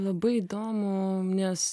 labai įdomu nes